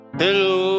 hello